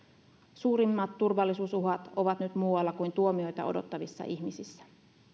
suurimmat turvallisuusuhat ovat nyt muualla kuin tuomioita odottavissa ihmisissä